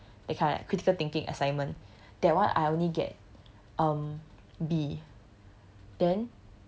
critical writing that kind critical thinking assignment that one I only get um B